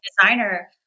designer